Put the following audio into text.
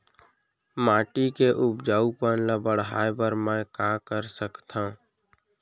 माटी के उपजाऊपन ल बढ़ाय बर मैं का कर सकथव?